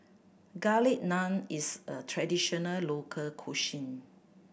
Garlic Naan is a traditional local cuisine